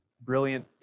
brilliant